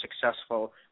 successful